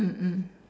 mm mm